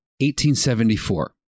1874